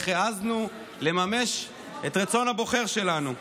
איך העזנו לממש את רצון הבוחר שלנו?